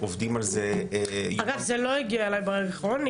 שעובדים על זה כבר --- זה לא הגיע אליי ברגע האחרון,